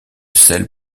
sel